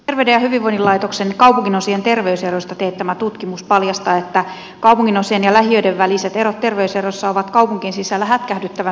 terveyden ja hyvinvoinnin laitoksen teettämä tutkimus kaupunginosien terveyseroista paljastaa että kaupunginosien ja lähiöiden väliset erot terveydessä ovat kaupunkien sisällä hätkähdyttävän suuria